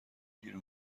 گیر